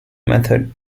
method